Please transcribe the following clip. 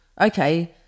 okay